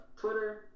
Twitter